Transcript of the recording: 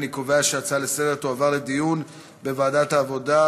אני קובע שההצעות לסדר-היום תועברנה לדיון בוועדת העבודה,